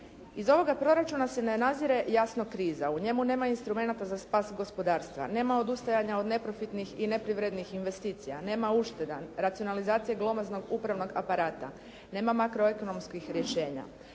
Iz ovoga proračuna se ne nazire jasno kriza, u njemu nema instrumenata za spas gospodarstva, nema odustajanja od neprofitnih i neprivrednih investicija, nema ušteda, racionalizacije glomaznog upravnog aparata, nema makroekonomskih rješenja.